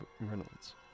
Reynolds